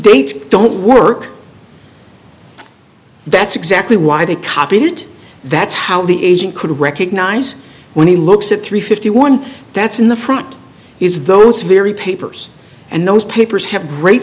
dates don't work that's exactly why they copied it that's how the agent could recognise when he looks at three fifty one that's in the front is those very papers and those papers have great